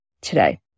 today